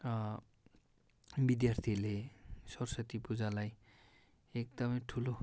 विद्यार्थीहरूले सरस्वती पूजालाई एकदमै ठुलो